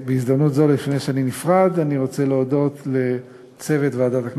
אבקש להודיע בזאת על חילופי אישים בוועדה המשותפת של ועדת החוקה,